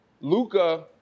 Luca